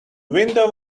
window